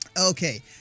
Okay